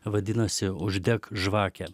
vadinasi uždek žvakę